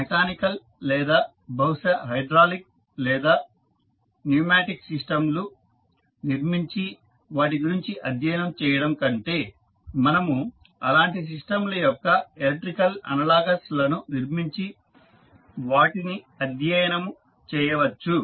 mechanical లేదా బహుశా hydraulic లేదా న్యూమాటిక్ సిస్టమ్ లను నిర్మించి వాటి గురించి అధ్యయనం చేయడము కంటే మనము అలాంటి సిస్టమ్ ల యొక్క ఎలక్ట్రికల్ అనలాగస్ లను నిర్మించి వాటిని అధ్యయనము చేయవచ్చు